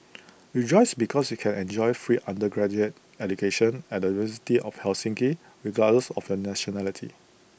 rejoice because you can enjoy free undergraduate education at the university of Helsinki regardless of your nationality